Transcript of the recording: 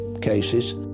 cases